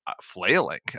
flailing